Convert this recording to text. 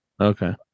Okay